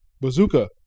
bazooka